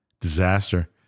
disaster